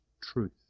truth